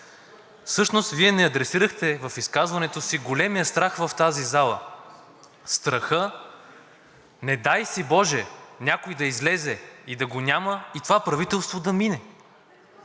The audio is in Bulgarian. Всъщност Вие не адресирахте в изказването си големия страх в тази зала – страха, не дай си боже, някой да излезе, да го няма и това правителство да мине,